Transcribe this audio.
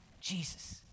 Jesus